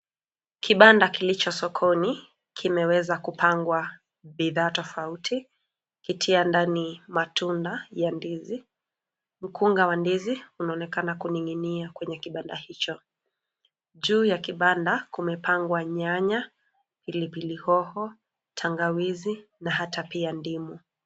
Kibanda kilicho sokoni kimeweza kupangwa bidhaa tofauti kitia ndani matunda ya ndizi. Mkunga wa ndizi unaonekana kuning'inia kwenye kibanda hicho. Juu ya kibanda kumepangwa nyanya, pili pili hoho, tangawizi na hata pia ndimu.